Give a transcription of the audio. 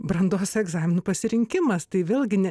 brandos egzaminų pasirinkimas tai vėlgi